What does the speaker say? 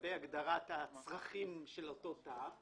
לגבי הגדרת הצרכים של אותו תא.